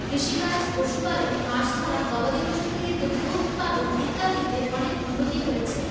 কৃষিকাজ পশুপালন মাছ ধরা গবাদি পশু থেকে দুগ্ধ উৎপাদন ইত্যাদিতে অনেক উন্নতি হয়েছে